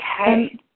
Okay